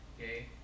okay